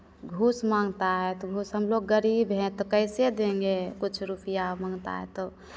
घूस माँगता है तो घूस हम लोग गरीब हैं तो कैसे देंगे कुछ रुपैया मँगता है तो